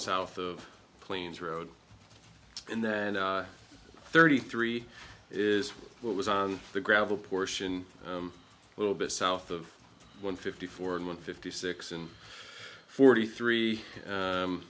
south of plains road and then thirty three is what was on the gravel portion little bit south of one fifty four and one fifty six and forty three